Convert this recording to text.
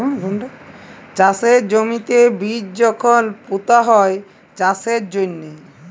চাষের জমিতে বীজ যখল পুঁতা হ্যয় চাষের জ্যনহে